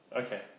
Okay